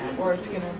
or it's gonna